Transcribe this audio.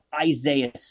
Isaiah